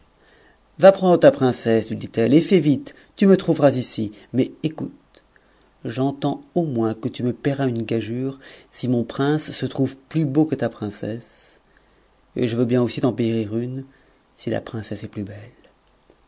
va prendre ta princesse lui dit-elle et fais vite tu me trouveras ici mais écoute j'entends au moins que tu me paieras u gageure si mon prince se trouve plus beau que ta princesse et je veux bien aussi t'en payer une si ta princesse est plus belle